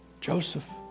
Joseph